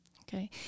Okay